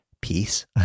peace